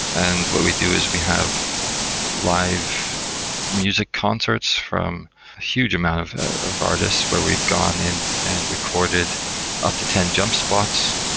and what we do is we have live music concerts from huge amount of of artists where we've gone in and recorded up to ten jump spots.